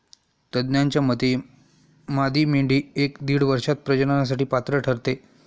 तज्ज्ञांच्या मते मादी मेंढी एक ते दीड वर्षात प्रजननासाठी पात्र ठरते